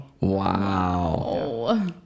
Wow